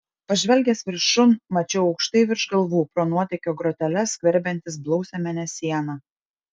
pažvelgęs viršun mačiau aukštai virš galvų pro nuotėkio groteles skverbiantis blausią mėnesieną